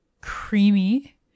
creamy